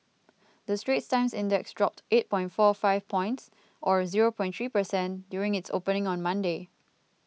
the Straits Times Index dropped eight point four five points or zero point three per cent during its opening on Monday